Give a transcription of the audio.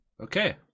okay